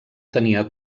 tenia